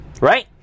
Right